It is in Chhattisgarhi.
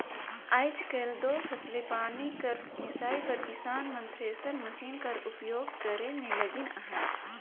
आएज काएल दो फसिल पानी कर मिसई बर किसान मन थेरेसर मसीन कर उपियोग करे मे लगिन अहे